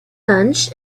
lunch